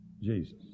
Jesus